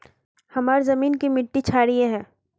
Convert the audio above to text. हमार जमीन की मिट्टी क्षारीय है?